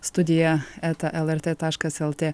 studija eta lrt taškas lt